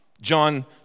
John